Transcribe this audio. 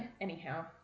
anyhow